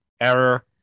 Error